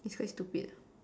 its quite stupid